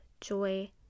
joy